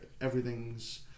everything's